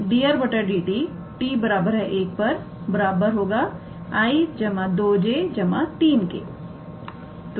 तो यहां से 𝑑 𝑟⃗ 𝑑𝑡 𝑡1 𝑖̂ 2𝑗̂ 3𝑘̂ होगा